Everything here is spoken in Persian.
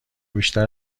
بیشتر